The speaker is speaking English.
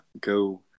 go